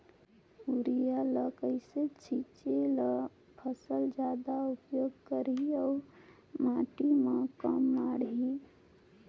Urea ल कइसे छीचे ल फसल जादा उपयोग करही अउ माटी म कम माढ़ही?